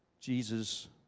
Jesus